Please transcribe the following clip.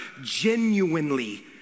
genuinely